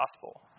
gospel